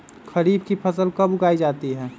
खरीफ की फसल कब उगाई जाती है?